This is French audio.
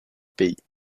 pays